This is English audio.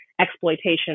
exploitation